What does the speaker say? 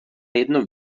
jedno